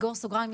סגור סוגריים,